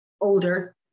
older